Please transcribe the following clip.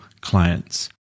clients